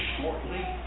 shortly